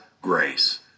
grace